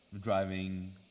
driving